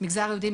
מגזר יהודי,